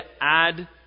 add